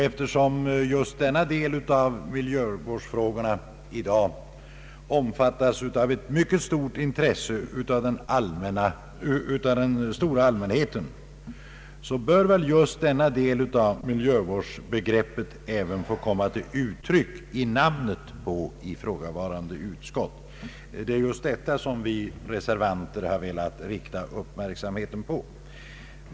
Eftersom denna del av miljövårdsfrågorna i dag omfattas av ett mycket stort intresse från den stora allmänheten bör väl just denna del av miljövårdsbegreppet även få komma till uttryck i namnet på ifrågavarande utskott. Det är detta vi reservanter har velat rikta uppmärksamheten på.